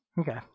Okay